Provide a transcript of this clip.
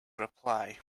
reply